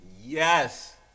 Yes